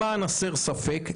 למען הסר ספק,